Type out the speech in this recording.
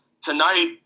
Tonight